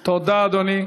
תודה, אדוני.